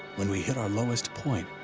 when we hit our lowest point,